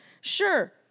Sure